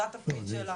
זה התפקיד שלה,